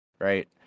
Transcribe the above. right